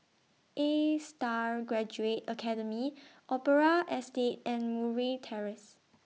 A STAR Graduate Academy Opera Estate and Murray Terrace